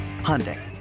Hyundai